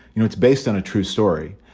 you know it's based on a true story.